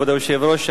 כבוד היושב-ראש,